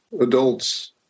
adults